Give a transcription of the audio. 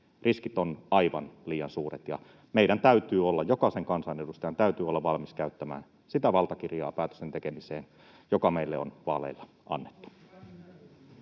Riskit ovat aivan liian suuret, ja meidän täytyy olla, jokaisen kansanedustajan täytyy olla, valmis käyttämään sitä valtakirjaa päätösten tekemiseen, joka meille on vaaleilla annettu.